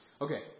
Okay